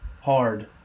hard